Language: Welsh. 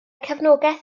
cefnogaeth